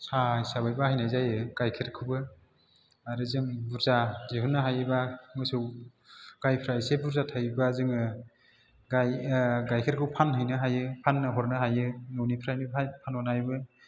साहा हिसाबै बाहायनाय जायो गाइखेरखौबो आरो जों बुरजा दिहुननो हायोबा मोसौ गाइफ्रा इसे बुरजा थायोबा जोङो गाइ गाइखेरखौ फानहैनो हायो फाननो हरनो हायो न'निफ्रायनो फानहरनो हायोबो